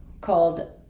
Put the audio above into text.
called